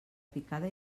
picada